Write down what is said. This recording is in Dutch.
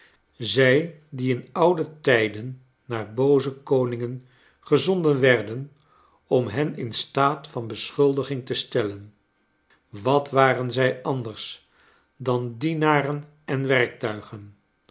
zij die in oude tijden naar booze koningen gezonden werden om hen in staat van beschuldiging te stellen wat waren zij anders dan dienaren en werktuigen